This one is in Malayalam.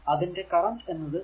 അതിന്റെ കറന്റ് എന്നത് 0